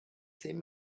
zehn